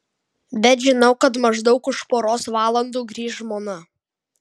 bet žinau kad maždaug už poros valandų grįš žmona